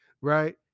right